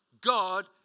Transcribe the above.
God